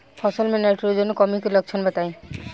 फसल में नाइट्रोजन कमी के लक्षण बताइ?